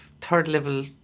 third-level